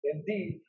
Indeed